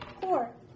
Four